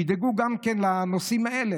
שידאגו גם לנושאים האלה.